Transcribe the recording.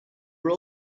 were